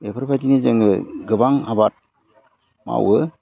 बेफोरबायदिनो जोङो गोबां आबाद मावो